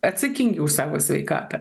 atsakingi už savo sveikatą